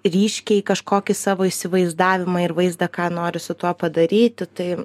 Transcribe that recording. ryškiai kažkokį savo įsivaizdavimą ir vaizdą ką nori su tuo padaryti tai